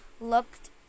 looked